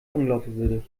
unglaubwürdig